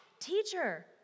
Teacher